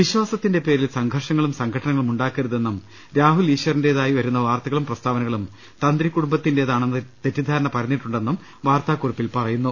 വിശ്വാസത്തിന്റെ പേരിൽ സംഘർഷ ങ്ങളും സംഘട്ടനങ്ങളും ഉണ്ടാക്കരുതെന്നും രാഹുൽ ഈശറിന്റേതായി വരുന്ന വാർത്തകളും പ്രസ്താവനകളും തന്ത്രി കുടുംബത്തിന്റേതാണെന്ന തെറ്റിദ്ധാരണ പരന്നിട്ടുണ്ടെന്നും വാർത്താകുറിപ്പിൽ പറയുന്നു